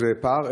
פער,